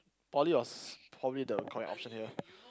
poly was probably the correct option here